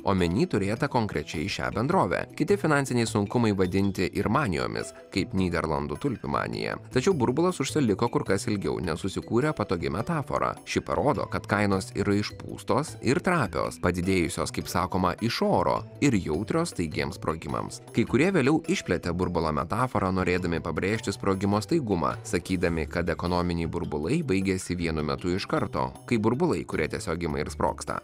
omenyje turėta konkrečiai šią bendrovę kiti finansiniai sunkumai vadinti ir manijomis kaip nyderlandų tulpių manija tačiau burbulas užsiliko kur kas ilgiau nes susikūrė patogi metafora ši parodo kad kainos yra išpūstos ir trapios padidėjusios kaip sakoma iš oro ir jautrios staigiems sprogimams kai kurie vėliau išplėtė burbulo metaforą norėdami pabrėžti sprogimo staigumą sakydami kad ekonominiai burbulai baigiasi vienu metu iš karto kaip burbulai kurie tiesiog ima ir sprogsta